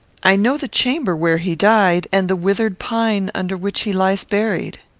i know the chamber where he died, and the withered pine under which he lies buried.